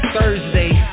Thursday